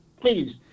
please